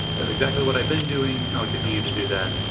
that's exactly what i've been doing. i'll continue to do that.